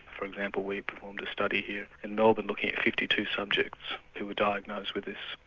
for example we performed a study here in melbourne looking at fifty two subjects who were diagnosed with this,